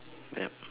yup